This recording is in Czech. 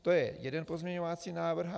To je jeden pozměňovací návrh.